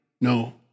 No